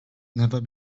never